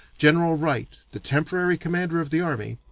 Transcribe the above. general wright, the temporary commander of the army,